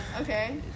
Okay